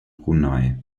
brunei